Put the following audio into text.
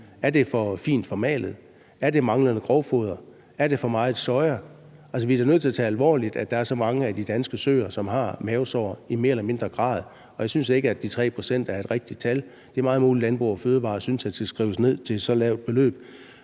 Er det for fint formalet? Mangler der grovfoder? Får de for meget soja? Altså, vi er da nødt til at tage alvorligt, at der er så mange af de danske søer, som har mavesår i mindre eller større grad, og jeg synes ikke, at de 3 pct. er et rigtigt tal. Det er meget muligt, at Landbrug & Fødevarer synes, at det skal skrives ned til et så lavt tal,